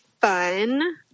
fun